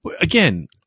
Again